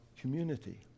community